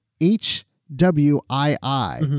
H-W-I-I